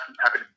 happy